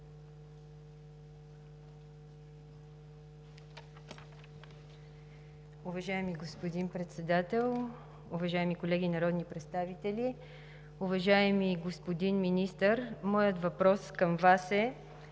Уважаеми господин Председател, уважаеми колеги народни представители! Уважаеми господин Министър, моят въпрос към Вас е: